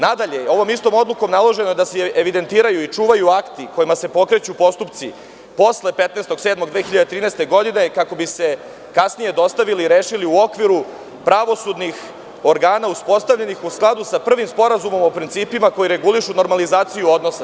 Nadalje, ovom istom odlukom naloženo je da se evidentiraju i čuvaju akti kojima se pokreću postupci, posle 15. jula 2013. godine kako bi se kasnije dostavili i rešili u okviru pravosudnih organa, uspostavljenih sa prvim sporazumom o principima koji regulišu normalizaciju odnosa.